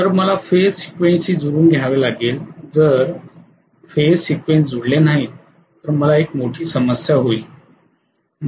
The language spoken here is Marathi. तर मला फेज सीक्वेन्सशी जुळवून घ्यावे लागेल जर फेज सीक्वेन्स जुळले नाहीत तर मला एक मोठी समस्या होईल